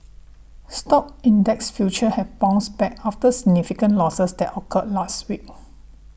stock index future have bounced back after significant losses that occurred last week